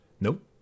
Nope